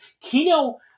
Kino